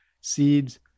seeds